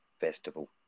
Festival